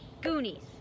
goonies